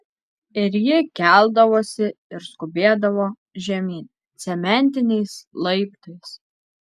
ir ji keldavosi ir skubėdavo žemyn cementiniais laiptais